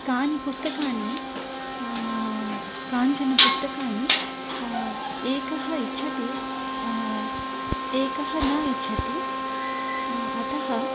कानि पुस्तकानि कानिचन पुस्तकानि एकः इच्छति एकः न इच्छति अतः